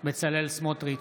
בצלאל סמוטריץ'